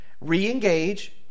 Re-engage